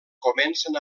comencen